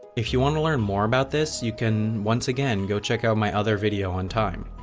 if you want to learn more about this, you can once again go check out my other video on time.